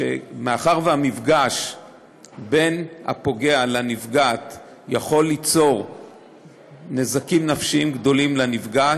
שמאחר שהמפגש בין הפוגע לנפגעת יכול ליצור נזקים נפשיים גדולים לנפגעת,